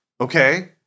Okay